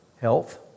health